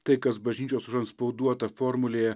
tai kas bažnyčios užantspauduota formulėje